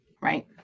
Right